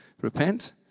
Repent